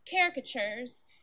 Caricatures